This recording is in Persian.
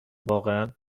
واقعا